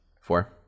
Four